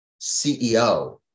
CEO